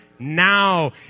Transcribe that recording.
now